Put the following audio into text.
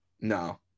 No